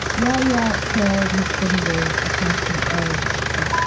yeah yeah trailed his fingers across the edge of.